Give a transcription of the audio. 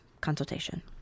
consultation